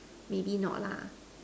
maybe not lah